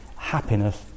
happiness